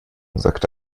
sagte